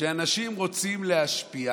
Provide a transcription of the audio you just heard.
שאנשים רוצים להשפיע